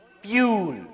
fuel